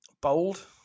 bold